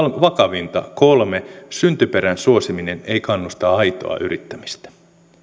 vakavinta kolme syntyperän suosiminen ei kannusta aitoa yrittämistä